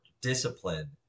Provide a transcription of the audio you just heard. discipline